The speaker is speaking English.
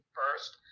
first